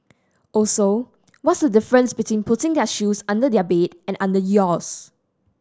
also what's the difference between putting their shoes under their bed and under yours